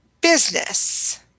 business